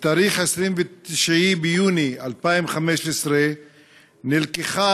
בתאריך 29 ביוני 2015 נלקחה